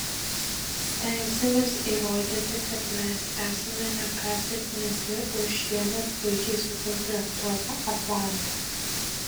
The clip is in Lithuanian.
stengsimės įrodyti kad mes esame ne ką silpnesnį už šiemet puikiai sukomplektuotą atlantą